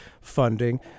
Funding